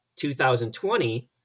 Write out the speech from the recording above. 2020